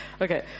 Okay